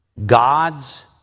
God's